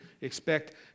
expect